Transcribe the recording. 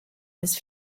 his